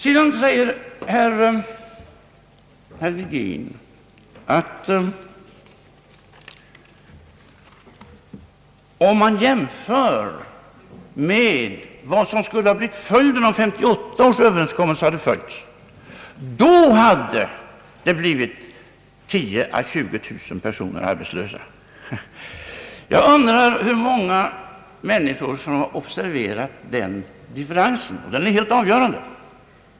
Sedan säger herr Virgin, att om man jämför med hur det skulle ha blivit om 1958 års överenskommelse hade följts, så finner man att 10 000 å 20000 personer hade blivit arbetslösa. Jag undrar hur många människor som observerat den differensen. Den är helt avgörande.